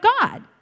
God